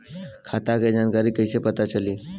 खाता के जानकारी कइसे पता चली?